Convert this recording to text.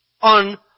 on